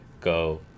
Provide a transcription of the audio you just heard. go